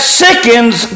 sickens